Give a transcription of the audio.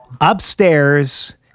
upstairs